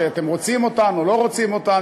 שאתם רוצים אותן או לא רוצים אותן,